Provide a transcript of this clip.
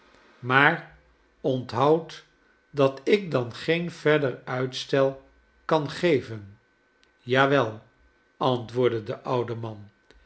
maar onthoud dat ik dan geen verder uitstel kan geven ja wel antwoordde de oude man